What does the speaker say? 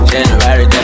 January